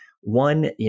One